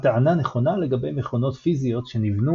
הטענה נכונה לגבי מכונות פיזיות שנבנו